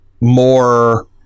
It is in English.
more